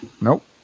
Nope